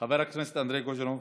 חבר הכנסת אנדרי קוז'ינוב.